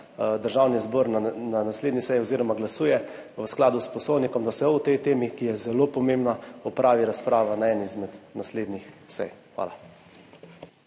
Državni zbor na naslednji seji oziroma glasuje v skladu s Poslovnikom, da se o tej temi, ki je zelo pomembna, opravi razprava na eni izmed naslednjih sej. Hvala.